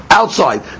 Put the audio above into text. outside